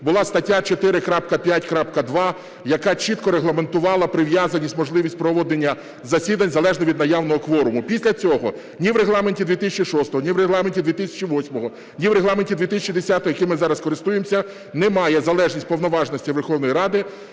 була стаття 4.5.2, яка чітко регламентувала прив'язаність, можливість проведення засідання залежно від наявного кворуму. Після цього ні в Регламенті 2006-го, ні в Регламенті 2008-го, ні в Регламенті 2010-го, яким ми зараз користуємося, немає залежності повноважень Верховної Ради